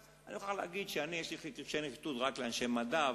אני מוכרח להגיד שיש לי רגשי נחיתות רק ביחס לאנשי מדע,